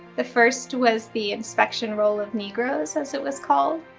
the first was the inspection roll of negroes, as it was called,